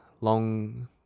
long